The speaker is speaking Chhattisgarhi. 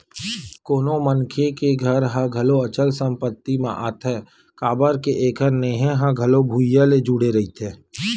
कोनो मनखे के घर ह घलो अचल संपत्ति म आथे काबर के एखर नेहे ह घलो भुइँया ले जुड़े रहिथे